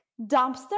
dumpster